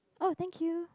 oh thank you